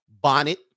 bonnet